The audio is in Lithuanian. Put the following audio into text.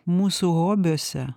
mūsų hobiuose